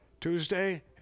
Tuesday